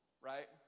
Right